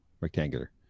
rectangular